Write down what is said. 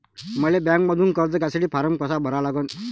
मले बँकेमंधून कर्ज घ्यासाठी फारम कसा भरा लागन?